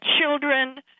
children